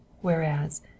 whereas